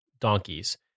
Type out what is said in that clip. donkeys